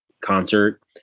concert